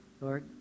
Lord